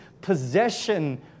possession